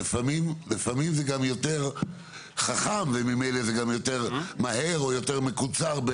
לפעמים זה גם יותר חכם וממילא זה גם יותר מהר או יותר מקוצר.